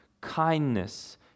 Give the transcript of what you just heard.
kindness